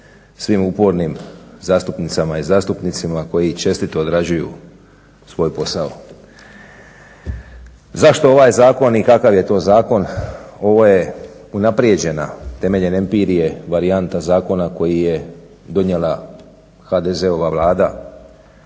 svim upornim zastupnicama i zastupnicama koji čestito odrađuju svoj posao. Zašto ovaj zakon i kakav je to zakon? Ovo je unaprijeđena, temeljem empirije varijanta zakona koji je donijela HDZ-ova Vlada.